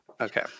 Okay